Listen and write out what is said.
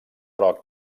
groc